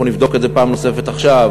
אנחנו נבדוק את זה פעם נוספת עכשיו.